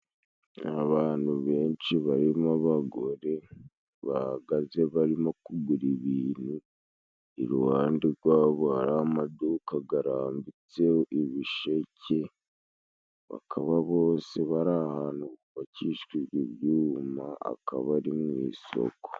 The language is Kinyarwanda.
Abantu benshi barimo abagore bahagaze barimo kugura ibintu ,iruhande gwabo hari amaduka garambitseho ibisheke bakaba bose bari ahantu hubakishwa ibyuma, akaba ari mu isoko.